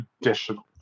additional